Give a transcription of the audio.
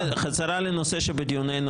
חזרה לנושא שבדיון.